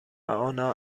آنا